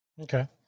Okay